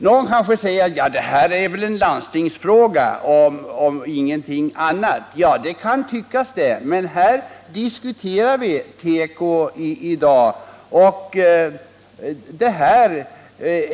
Någon kanske säger att det här är en landstingsfråga och ingenting annat. Ja, det kan tyckas så. Men här diskuterar vi i dag teko.